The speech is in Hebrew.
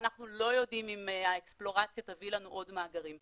ואנחנו לא יודעים אם האקספלורציה תביא לנו עוד מאגרים,